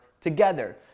together